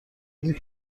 این